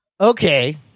Okay